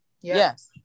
Yes